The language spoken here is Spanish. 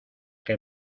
que